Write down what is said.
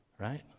right